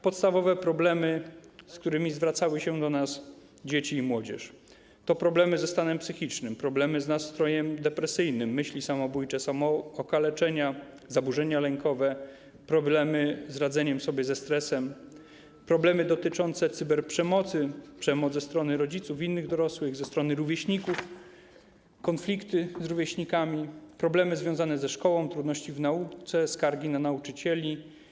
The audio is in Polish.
Podstawowe problemy, z którymi zwracały się do nas dzieci i młodzież, to problemy ze stanem psychicznym, problemy z nastrojem depresyjnym, myśli samobójcze, samookaleczenia, zaburzenia lękowe, problemy z radzeniem sobie ze stresem, problemy dotyczące cyberprzemocy, przemoc ze strony rodziców i innych dorosłych, ze strony rówieśników, konflikty z rówieśnikami, problemy związane ze szkołą, trudności w nauce, skargi na nauczycieli.